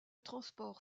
transport